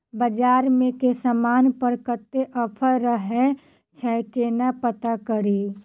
बजार मे केँ समान पर कत्ते ऑफर रहय छै केना पत्ता कड़ी?